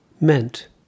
meant